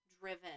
driven